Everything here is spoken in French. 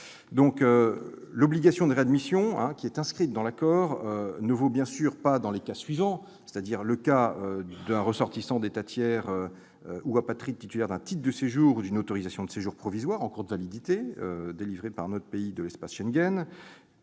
L'obligation de réadmission qui est inscrite dans l'accord ne vaut bien sûr pas dans les cas suivants : celui des ressortissants d'un État tiers ou des apatrides titulaires d'un titre de séjour ou d'une autorisation de séjour provisoire en cours de validité délivrés par un autre pays de l'espace Schengen